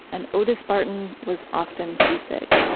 and otis barton was often seasick